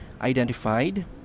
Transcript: identified